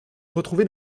retrouvé